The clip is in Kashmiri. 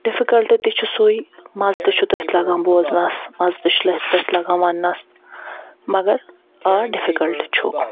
ڈِفِکَلٹ تہِ چھُ سُے مَزٕ تہِ چھُ تٔتھ لگان بوزنَس مَزٕ تہِ چھُ تٔتھ لگان وَننَس مگر آ ڈِفِکَلٹ چھُ